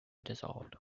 dissolved